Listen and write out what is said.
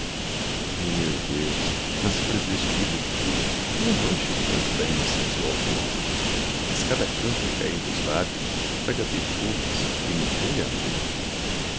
deus nas folhas deste livro puro não manche o pranto da inocência o alvor mas cada canto que cair dos lábios traga perfumes e murmure amor